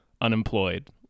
unemployed